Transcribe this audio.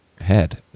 head